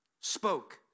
spoke